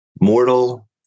mortal